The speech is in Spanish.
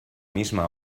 misma